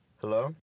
Hello